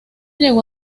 llegó